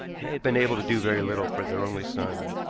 and they had been able to do very little for their only son.